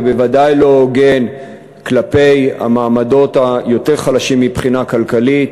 ובוודאי לא הוגן כלפי המעמדות היותר-חלשים מבחינה כלכלית,